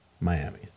Miami